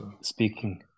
speaking